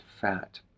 fat